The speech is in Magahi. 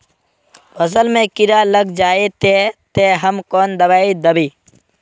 फसल में कीड़ा लग जाए ते, ते हम कौन दबाई दबे?